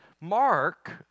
Mark